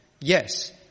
Yes